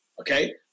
okay